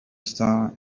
star